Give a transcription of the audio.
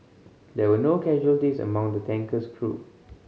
there were no casualties among the tanker's crew